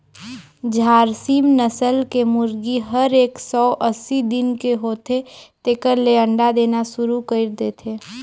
झारसिम नसल के मुरगी हर एक सौ अस्सी दिन के होथे तेकर ले अंडा देना सुरु कईर देथे